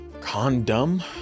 Condom